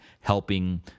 helping